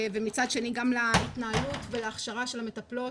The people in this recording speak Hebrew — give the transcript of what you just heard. ומצד שני גם להתנהלות ולהכשרה של המטפלות